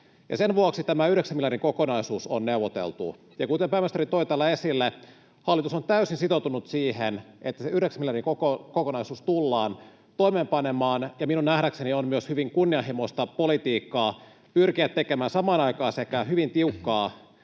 Sen vuoksi tämä yhdeksän miljardin kokonaisuus on neuvoteltu, ja kuten pääministeri toi täällä esille, hallitus on täysin sitoutunut siihen, että se yhdeksän miljardin kokonaisuus tullaan toimeenpanemaan. Minun nähdäkseni on myös hyvin kunnianhimoista politiikkaa pyrkiä samaan aikaan sekä tekemään hyvin tiukkaa